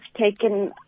taken